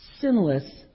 sinless